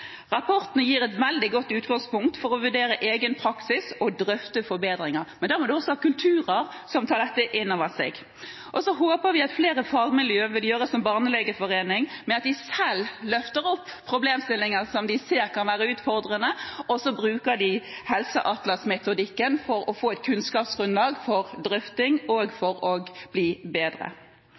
Rapportene gir et veldig godt utgangspunkt for å vurdere egen praksis og å drøfte forbedringer. Men da må en også ha kulturer som tar dette inn over seg. Vi håper at flere fagmiljøer gjør som Barnelegeforeningen, og selv løfter opp problemstillinger som de ser kan være utfordrende, og bruker helseatlasmetodikken for å få et kunnskapsgrunnlag for drøfting og for å bli bedre.